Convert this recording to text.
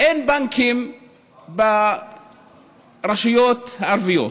אין בנקים ברשויות הערביות.